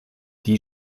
die